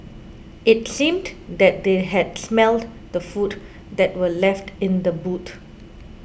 it seemed that they had smelt the food that were left in the boot